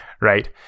right